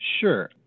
Sure